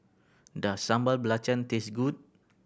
does Sambal Belacan taste good